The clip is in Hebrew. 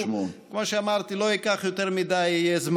לומר שאני חושב שזו התנהגות לא ראויה ולא מכובדת.